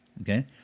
Okay